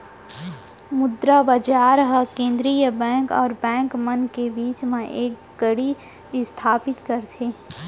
मुद्रा बजार ह केंद्रीय बेंक अउ बेंक मन के बीच म एक कड़ी इस्थापित करथे